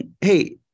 hey